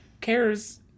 cares